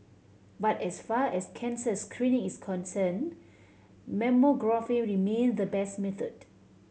but as far as cancer screening is concerned mammography remain the best method